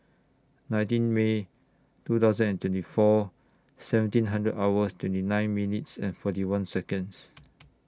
nineteen May two thousand and twenty four seventeen hundred hours twenty nine minutes and forty one Seconds